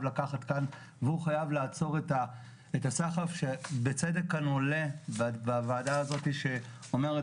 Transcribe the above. לקחת כאן והוא חייב לעצור את הסחף שבצדק כאן עולה בוועדה הזאת שאומרת